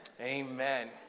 Amen